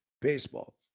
baseball